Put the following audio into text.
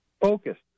focused